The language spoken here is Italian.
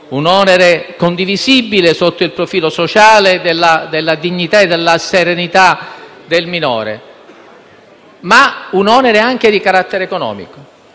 un onere condivisibile sotto il profilo sociale della dignità e della serenità del minore, ma un onere anche di carattere economico.